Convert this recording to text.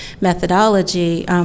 methodology